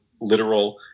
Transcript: literal